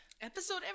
episode